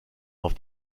auf